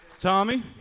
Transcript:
Tommy